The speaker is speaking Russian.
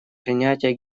принятие